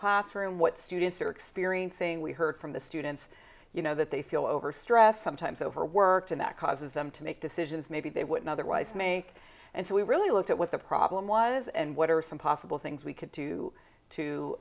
classroom what students are experiencing we heard from the students you know that they feel overstressed sometimes overworked and that causes them to make decisions maybe they wouldn't otherwise make and so we really looked at what the problem was and what are some possible things we could do to